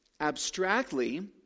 Abstractly